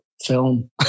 film